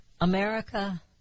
America